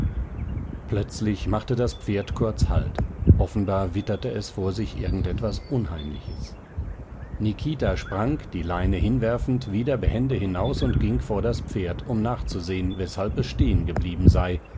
plötzlich machte das pferd kurz halt offenbar witterte es vor sich irgend etwas unheimliches nikita sprang die leine hinwerfend wieder behende hinaus und ging vor das pferd um nachzusehen weshalb es stehen geblieben sei